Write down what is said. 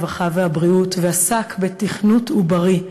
הרווחה והבריאות ועסק בתכנות עוברי,